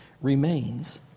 remains